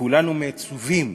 וכולנו מצווים